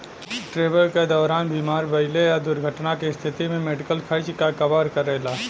travel क दौरान बीमार भइले या दुर्घटना क स्थिति में मेडिकल खर्च क कवर करेला